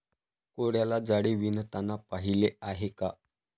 कोळ्याला जाळे विणताना पाहिले आहे का?